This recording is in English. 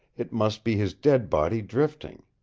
it must be his dead body drifting.